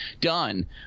done